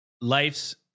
Life's